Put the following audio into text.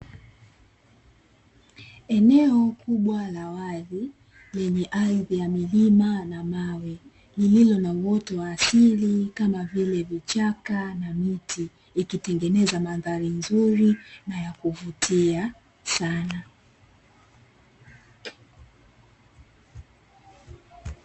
Eneo kubwa la wazi, lenye ardhi ya milima na mawe, lililo na uoto wa asili kama vile; vichaka na miti, ikitengeneza mandhari nzuri na ya kuvutia sana.